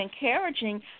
encouraging